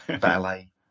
Ballet